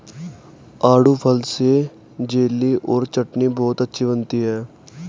आड़ू फल से जेली और चटनी बहुत अच्छी बनती है